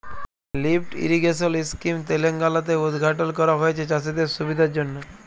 lift irrigation scheme তেলেঙ্গালাতে উদঘাটল ক্যরা হঁয়েছে চাষীদের সুবিধার জ্যনহে